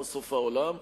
לא סוף העולם.